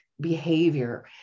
behavior